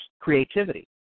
creativity